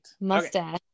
Mustache